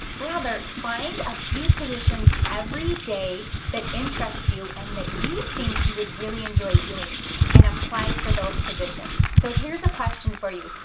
rather find a few positions every day that interest you and that you think you would really enjoy doing and apply for those positions. so here's a question for you.